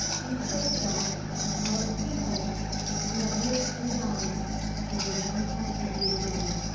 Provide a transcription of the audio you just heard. these photographs are of people who have lived and died over one hundred years ago